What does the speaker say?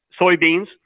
soybeans